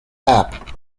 app